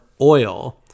oil